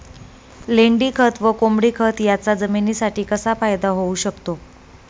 लेंडीखत व कोंबडीखत याचा जमिनीसाठी कसा फायदा होऊ शकतो?